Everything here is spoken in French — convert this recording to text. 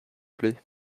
plait